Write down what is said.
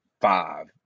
five